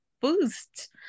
boost